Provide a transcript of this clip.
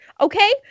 okay